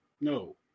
no